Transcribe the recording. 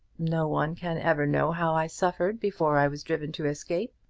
no one can ever know how i suffered before i was driven to escape,